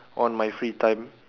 on my free time